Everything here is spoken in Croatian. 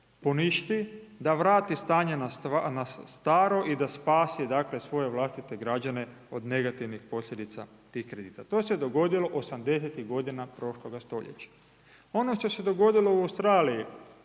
poništi, da vrati stanje na staro i da spasi, dakle, svoje vlastite građane od negativnih posljedica tih kredita, to se dogodilo 80.-tih godina prošloga stoljeća. Ono što se dogodilo u Australiji,